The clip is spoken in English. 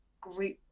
group